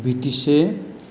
ব্ৰিটিছে